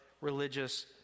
religious